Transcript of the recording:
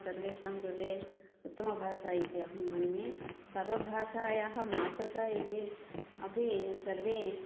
सर्वेषां कृते उत्तमभाषा इत्यहं मन्ये सर्वभाषायाः मातृका येपि अपि सर्वे